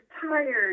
tired